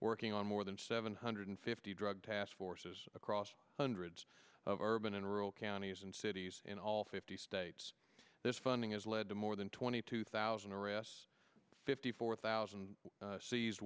working on more than seven hundred fifty drug task forces across hundreds of urban and rural counties and cities in all fifty states this funding has led to more than twenty two thousand arrests fifty four thousand